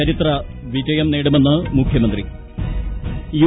ചരിത്രവിജയം നേടുമെന്ന് മുഖ്യ്മ്രന്തി യു